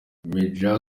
mgr